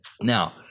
Now